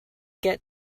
get